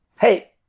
Hey